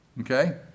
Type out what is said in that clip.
okay